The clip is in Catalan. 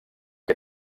que